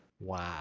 Wow